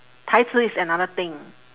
台词：tai ci is another thing